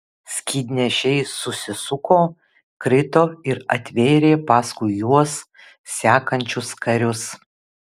skydnešiai susisuko krito ir atvėrė paskui juos sekančius karius